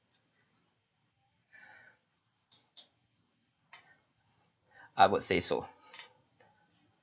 I would say so